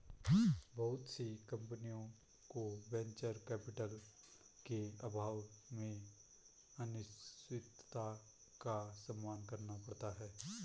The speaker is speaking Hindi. बहुत सी कम्पनियों को वेंचर कैपिटल के अभाव में अनिश्चितता का सामना करना पड़ता है